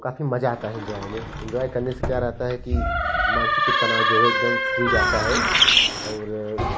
औ काफ़ी मज़ा आता है एन्जॉय में एन्जॉय करने से क्या रहता है कि मानसिक तनाव जो है एकदम फ्री रहता है और